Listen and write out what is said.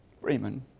Freeman